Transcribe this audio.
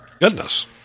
Goodness